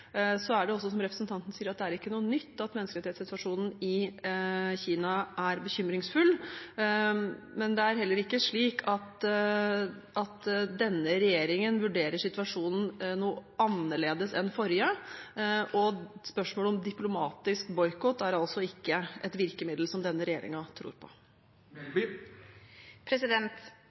Så er det, som representanten sier, ikke noe nytt at menneskerettighetssituasjonen i Kina er bekymringsfull. Men det er heller ikke slik at denne regjeringen vurderer situasjonen noe annerledes enn den forrige. Spørsmålet om diplomatisk boikott er altså ikke et virkemiddel som denne regjeringen tror